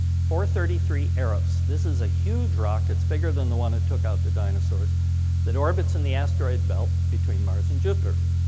thirty three eros. this is a huge rock it's bigger than the one that took out the dinosaurs that orbits in the asteroid belt between mars and jupiter.